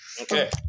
Okay